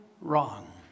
wrong